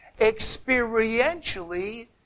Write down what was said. experientially